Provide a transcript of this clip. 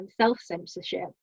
self-censorship